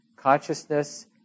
consciousness